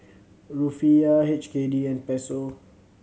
Rufiyaa H K D and Peso